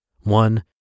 one